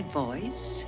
voice